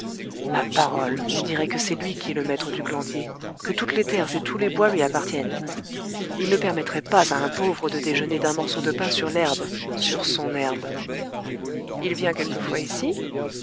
ma parole on dirait que c'est lui qui est le maître du glandier que toutes les terres et tous les bois lui appartiennent il ne permettrait pas à un pauvre de déjeuner d'un morceau de pain sur l'herbe sur son herbe il vient quelquefois ici